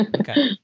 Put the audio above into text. Okay